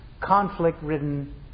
conflict-ridden